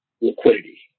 liquidity